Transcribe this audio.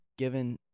given